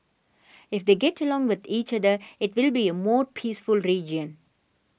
if they get along with each other it will be a more peaceful region